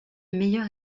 meilleur